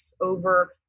over